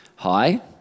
Hi